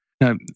Now